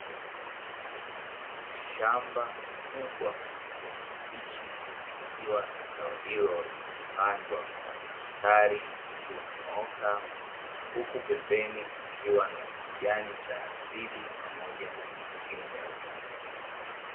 Shamba kubwa la kabichi likiwa na zao hilo limepandwa kwa mistari iliyonyooka huku pembeni kukiwa na kijani cha asili pamoja na mistimu ya umeme.